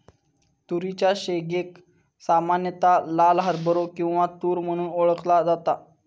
तुरीच्या शेंगेक सामान्यता लाल हरभरो किंवा तुर म्हणून ओळखला जाता